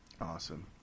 Awesome